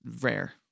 rare